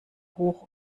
hoch